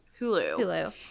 Hulu